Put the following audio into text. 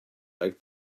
like